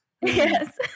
Yes